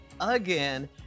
again